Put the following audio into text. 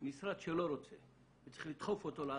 משרד שלא רוצה וצריך לדחוף אותו לעשות,